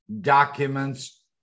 Documents